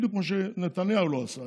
בדיוק כמו שנתניהו לא עשה,